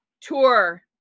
tour